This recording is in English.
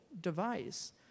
device